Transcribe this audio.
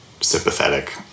sympathetic